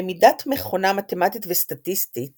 למידת מכונה מתמטית וסטטיסטית